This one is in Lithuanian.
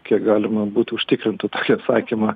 kiek galima būtų užtikrint tą tokį atsakymą